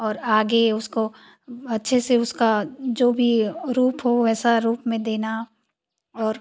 और आगे उसको अच्छे से उसका जो भी रूप हो वैसा रूप में देना और